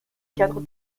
cadre